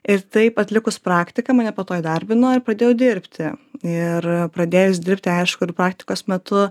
ir taip atlikus praktiką mane po to įdarbino ir pradėjau dirbti ir pradėjus dirbti aišku ir praktikos metu